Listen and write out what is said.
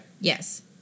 Yes